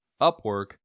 Upwork